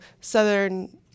southern